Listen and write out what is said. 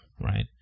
right